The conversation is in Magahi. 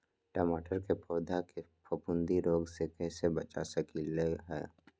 टमाटर के पौधा के फफूंदी रोग से कैसे बचा सकलियै ह?